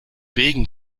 wegen